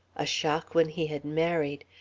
a shock when he had married,